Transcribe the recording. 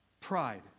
Pride